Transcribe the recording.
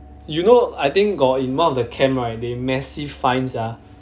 you know I think got in one of the camp right they massive fines sia